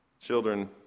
Children